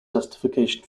justification